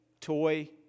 toy